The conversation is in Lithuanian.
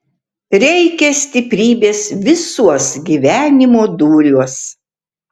reikia stiprybės visuos gyvenimo dūriuos